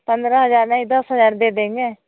पंद्रह हज़ार नहीं दस हज़ार दे देंगे